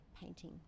painting